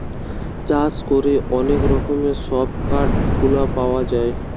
চাষ করে অনেক রকমের সব কাঠ গুলা পাওয়া যায়